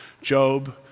Job